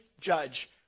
judge